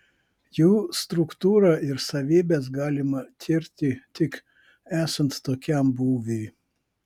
jų struktūrą ir savybes galima tirti tik esant tokiam būviui